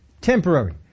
Temporary